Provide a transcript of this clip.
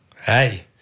hey